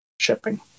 Shipping